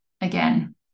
again